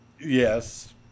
yes